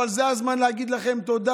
אבל זה הזמן להגיד לכם תודה,